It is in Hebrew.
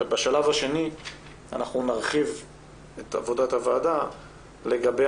בשלב השני אנחנו נרחיב את עבודת הועדה לגבי